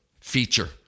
feature